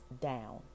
down